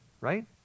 right